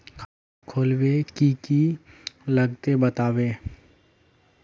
खाता खोलवे के की की लगते बतावे?